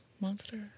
monster